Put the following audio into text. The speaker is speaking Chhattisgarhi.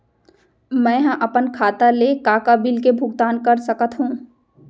मैं ह अपन खाता ले का का बिल के भुगतान कर सकत हो